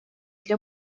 для